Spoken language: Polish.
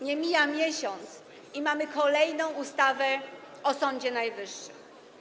Nie mija miesiąc i mamy kolejną ustawę o Sądzie Najwyższym.